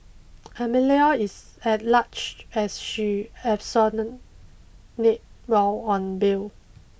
Amelia is at large as she absconded while on bail